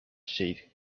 shade